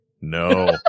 No